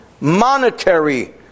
monetary